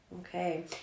Okay